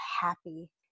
happy